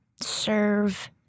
serve